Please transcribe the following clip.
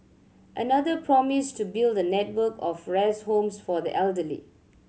another promised to build a network of rest homes for the elderly